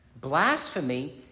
Blasphemy